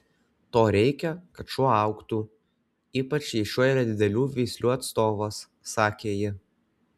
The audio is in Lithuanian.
to reikia kad šuo augtų ypač jei šuo yra didelių veislių atstovas sakė ji